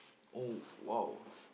oh !wow!